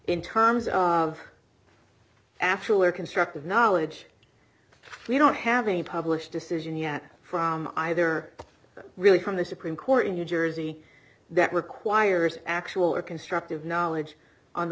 in terms of afterward constructive knowledge we don't have a published decision yet from either really from the supreme court in new jersey that requires actual or constructive knowledge on the